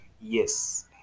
Yes